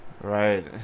Right